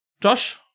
Josh